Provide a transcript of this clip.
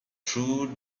through